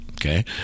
okay